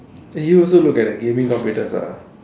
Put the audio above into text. eh you also look at the gaming computers ah